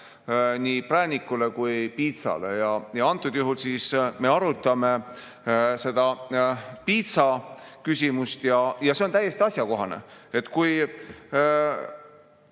nii präänikule kui ka piitsale. Antud juhul me arutame seda piitsaküsimust ja see on täiesti asjakohane. Kui